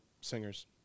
singers